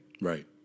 Right